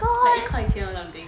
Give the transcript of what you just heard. like 一块钱 or something